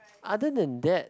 other than that